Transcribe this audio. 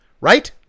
Right